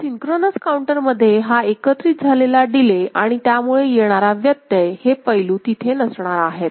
तर synchronous counter मध्ये हा एकत्रित झालेला डिले आणि त्यामुळे येणारा व्यत्यय हे पैलू तिथे नसणार आहेत